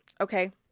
Okay